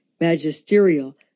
magisterial